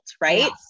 right